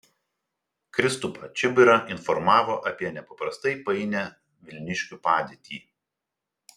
kristupą čibirą informavo apie nepaprastai painią vilniškių padėtį